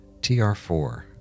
TR4